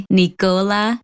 nicola